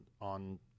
on